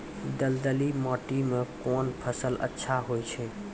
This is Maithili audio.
दलदली माटी म कोन फसल अच्छा होय छै?